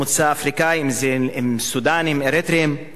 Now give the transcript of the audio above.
אריתריאים והשאר,